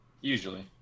Usually